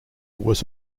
was